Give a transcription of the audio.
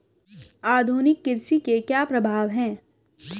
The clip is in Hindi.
आधुनिक कृषि के क्या प्रभाव हैं?